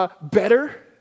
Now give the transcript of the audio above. better